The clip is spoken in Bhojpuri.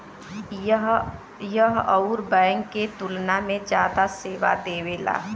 यह अउर बैंक के तुलना में जादा सेवा देवेला